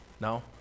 No